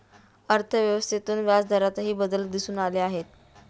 अर्थव्यवस्थेतून व्याजदरातही बदल दिसून आले आहेत